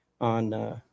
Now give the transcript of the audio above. on –